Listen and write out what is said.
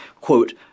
quote